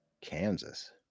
Kansas